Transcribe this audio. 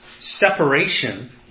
separation